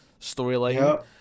storyline